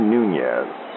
Nunez